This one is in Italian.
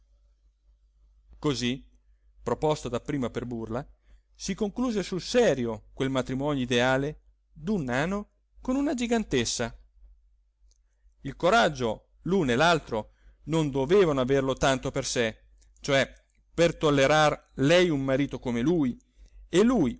così proposto dapprima per burla si concluse sul serio quel matrimonio ideale d'un nano con una gigantessa il coraggio l'una e l'altro non dovevano averlo tanto per sé cioè per tollerar lei un marito come lui e lui